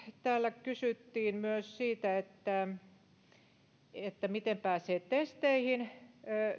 täällä kysyttiin myös siitä miten pääsee testeihin